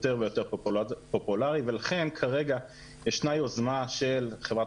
יותר ויותר פופולארי ולכן כרגע ישנה יוזמה של חברת